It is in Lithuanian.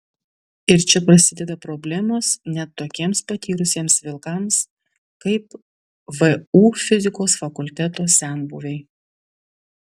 ir čia prasideda problemos net tokiems patyrusiems vilkams kaip vu fizikos fakulteto senbuviai